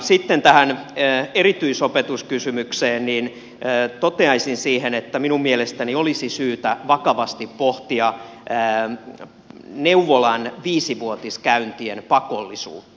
sitten tähän erityisopetuskysymykseen toteaisin että minun mielestäni olisi syytä vakavasti pohtia neuvolan viisivuotiskäyntien pakollisuutta